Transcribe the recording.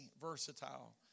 versatile